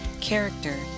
character